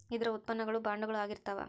ಇದರ ಉತ್ಪನ್ನ ಗಳು ಬಾಂಡುಗಳು ಆಗಿರ್ತಾವ